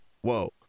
whoa